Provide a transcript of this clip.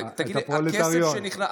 הפרולטריון.